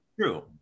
true